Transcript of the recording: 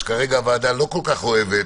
שכרגע הוועדה לא כל כך אוהבת,